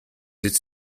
its